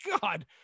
God